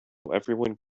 everyone